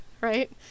right